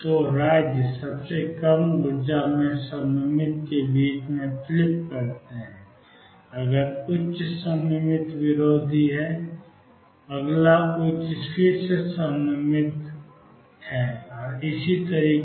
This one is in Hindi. तो राज्य सबसे कम ऊर्जा में सिमिट्रिक के बीच फ्लिप करते हैं अगला उच्च सिमिट्रिक विरोधी है अगला उच्च फिर से सिमिट्रिक है और इसी तरह